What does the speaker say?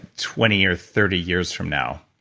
twenty or thirty years from now,